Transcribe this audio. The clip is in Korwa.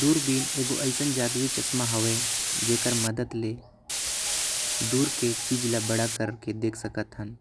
दूर बिन एगो ऐसे जादू चश्मा हैवे जेकर मदद ले। दूर के चीज ल बड़ा कर के देख सकत। हन